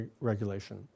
regulation